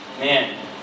man